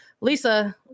Lisa